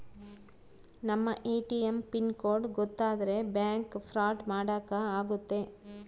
ನಮ್ ATM pin code ಗೊತ್ತಾದ್ರೆ bank fraud ಮಾಡಾಕ ಆಗುತ್ತೆ